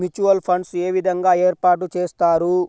Mutual funds ఏ విధంగా ఏర్పాటు చేస్తారు?